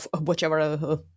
whichever